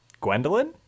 Gwendolyn